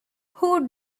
who